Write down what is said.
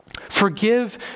Forgive